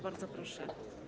Bardzo proszę.